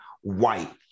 white